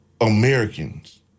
Americans